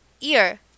Ear